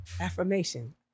affirmation